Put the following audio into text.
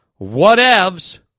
Whatevs